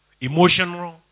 Emotional